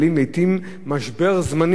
לעתים משבר זמני,